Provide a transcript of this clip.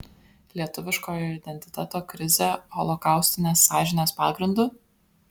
lietuviškojo identiteto krizė holokaustinės sąžinės pagrindu